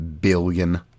billion